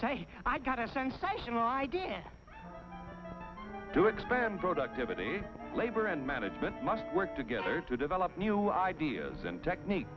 i got a sensational idea to expand productivity labor and management must work together to develop new ideas and technique